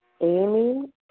Amy